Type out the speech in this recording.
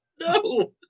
No